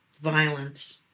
Violence